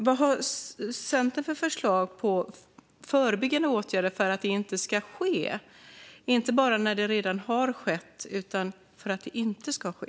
Vad har Centern för förslag på förebyggande åtgärder för att detta inte ska ske? Det handlar inte bara om åtgärder när det redan har skett, utan det handlar också om åtgärder för att det inte ska ske.